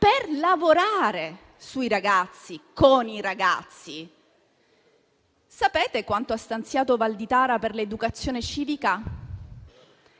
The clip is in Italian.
per lavorare sui ragazzi e con i ragazzi. Sapete quanto ha stanziato Valditara per l'educazione civica?